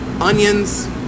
onions